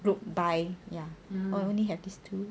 group buy ya only have these two